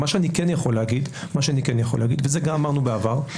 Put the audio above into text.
מה שאני כן יכול להגיד, ואת זה גם אמרנו בעבר,